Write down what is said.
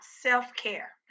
self-care